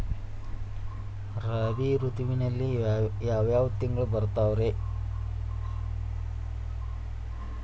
ರಾಬಿ ಋತುವಿನಾಗ ಯಾವ್ ಯಾವ್ ತಿಂಗಳು ಬರ್ತಾವ್ ರೇ?